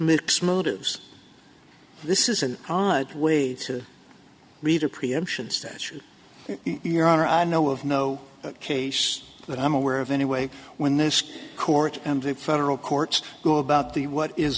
mixed motives this is an odd way to read a preemption statute your honor i know of no case that i'm aware of anyway when this court and the federal courts go about the what is